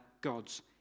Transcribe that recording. God's